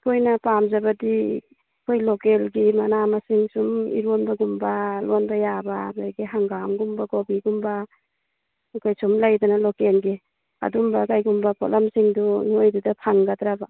ꯑꯩꯈꯣꯏꯅ ꯄꯥꯝꯖꯕꯗꯤ ꯑꯩꯈꯣꯏ ꯂꯣꯀꯦꯜꯒꯤ ꯃꯅꯥ ꯃꯁꯤꯡꯁꯨꯝ ꯏꯔꯣꯟꯕꯒꯨꯝꯕ ꯂꯣꯟꯕ ꯌꯥꯕ ꯑꯗꯒꯤ ꯍꯪꯒꯥꯝꯒꯨꯝꯕ ꯀꯣꯕꯤꯒꯨꯝꯕ ꯑꯩꯈꯣꯏꯁꯨꯝ ꯂꯩꯗꯅ ꯂꯣꯀꯦꯜꯒꯤ ꯑꯗꯨꯝꯕ ꯀꯩꯒꯨꯝꯕ ꯄꯣꯠꯂꯝꯁꯤꯡꯗꯨ ꯅꯣꯏꯗꯨꯗ ꯐꯪꯒꯗ꯭ꯔꯕ